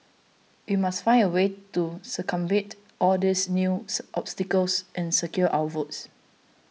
we must find a way to circumvent all these new obstacles and secure our votes